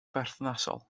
berthnasol